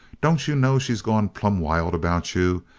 don't you know she's gone plumb wild about you?